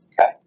Okay